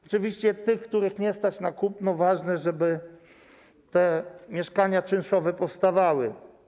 Oczywiście dla tych, których nie stać na kupno, ważne jest, żeby te mieszkania czynszowe powstawały.